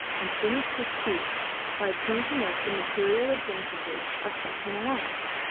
and finished his speech by pointing out the material advantages of such an alliance,